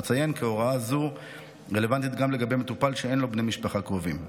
אציין כי הוראה זו רלוונטית גם לגבי מטופל שאין לו בני משפחה קרובים.